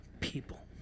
people